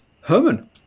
Herman